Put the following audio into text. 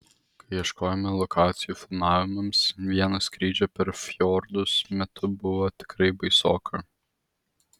kai ieškojome lokacijų filmavimams vieno skrydžio per fjordus metu buvo tikrai baisoka